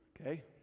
Okay